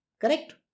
Correct